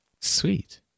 Sweet